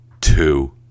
two